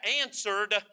answered